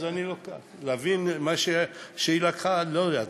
מה שהיא לקחה, לא יודע.